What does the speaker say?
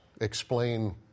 explain